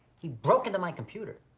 he broke into my computer.